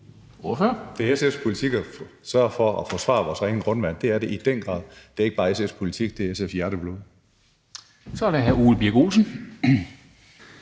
Det er SF's politik at sørge for at forsvare vores rene grundvand. Det er det i den grad, og det er ikke bare SF's politik, det er SF's hjerteblod. Kl. 11:18 Formanden